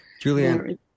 Julian